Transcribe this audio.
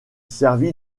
servit